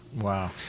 wow